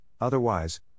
otherwise